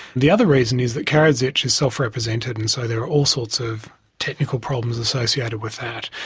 the other reason is that karadzic is self-represented and so there are all sorts of technical problems associated with that,